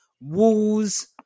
Walls